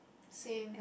same